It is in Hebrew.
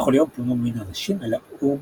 בכל יום פונו ממנו אנשים אל ה"אומשלגפלץ".